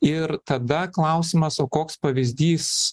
ir tada klausimas o koks pavyzdys